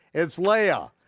it's leah,